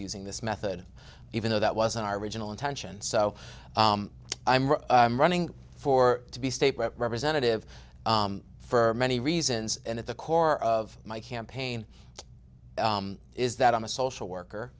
using this method even though that wasn't our original intention so i'm running for to be state representative for many reasons and at the core of my campaign is that i'm a social worker